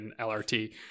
LRT